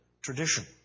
tradition